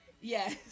Yes